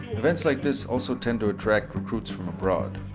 events like this also tend to attract recruits from abroad.